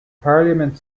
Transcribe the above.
parliament